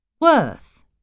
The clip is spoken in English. Worth